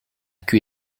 queue